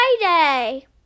Friday